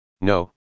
No